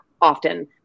often